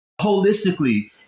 holistically